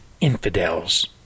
infidels